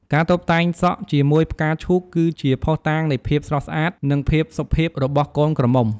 ការតុបតែងសក់ជាមួយផ្កាឈូកគឺជាភស្តុតាងនៃភាពស្រស់ស្អាតនិងភាពសុភាពរបស់កូនក្រមុំ។